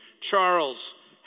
Charles